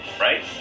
right